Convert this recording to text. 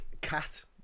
cat